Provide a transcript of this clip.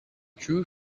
true